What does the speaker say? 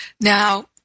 Now